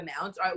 amounts